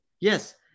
Yes